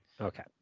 okay